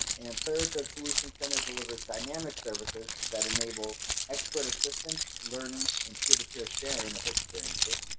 and third, the solutions center delivers dynamic services that enable expert assistance, learning, and peer-to-peer sharing of experiences.